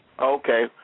Okay